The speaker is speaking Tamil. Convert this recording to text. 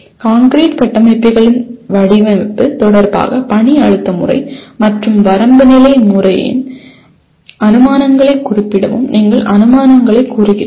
கான்கிரீட் கட்டமைப்புகளின் வடிவமைப்பு தொடர்பாக பணி அழுத்த முறை மற்றும் வரம்பு நிலை முறையின் அனுமானங்களைக் குறிப்பிடவும் நீங்கள் அனுமானங்களைக் கூறுகிறீர்கள்